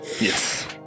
yes